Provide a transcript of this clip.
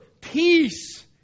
Peace